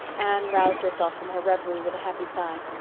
anne roused herself from her reverie with a happy sigh.